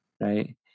right